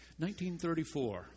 1934